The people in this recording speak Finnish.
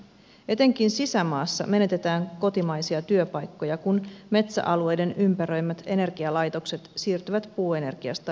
etenkin sisämaassa menetetään kotimaisia työpaikkoja kun metsäalueiden ympäröimät energialaitokset siirtyvät puuenergiasta kivihiileen